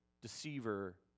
deceiver